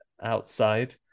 outside